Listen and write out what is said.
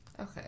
Okay